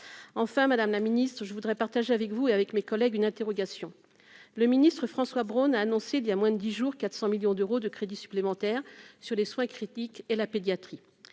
enfin, Madame la Ministre, je voudrais partager avec vous et avec mes collègues, une interrogation : le ministre François Braun a annoncé il y a moins de 10 jours 400 millions d'euros de crédits supplémentaires sur les soins critiques et la pédiatrie